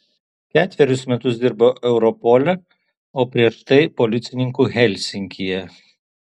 ketverius metus dirbo europole o prieš tai policininku helsinkyje